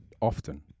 often